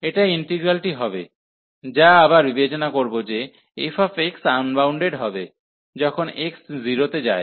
এটা ইন্টিগ্রালটি হবে যা আবার বিবেচনা করবে যে fx আনবাউন্ডেড হবে যখন x 0 তে যায়